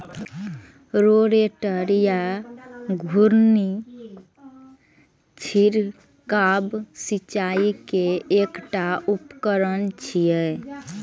rotator या घुर्णी छिड़काव सिंचाइ के एकटा उपकरण छियै